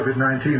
COVID-19